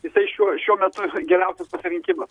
jisai šiuo šiuo metu geriausias pasirinkimas